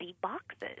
boxes